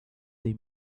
they